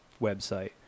website